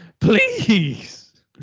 Please